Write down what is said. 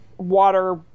water